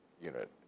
unit